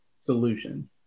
solution